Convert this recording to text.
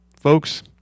Folks